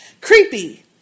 Creepy